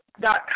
dot